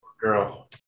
girl